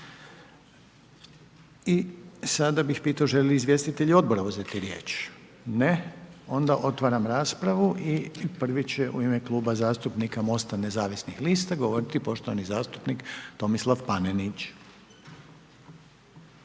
I sada bih pitao želi li izvjestitelj odbora uzeti riječ? Ne. Onda otvaram raspravu i prvi će u ime Kluba zastupnika MOST-a nezavisnih lista govoriti poštovani zastupnik Tomislav Panenić.